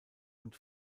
und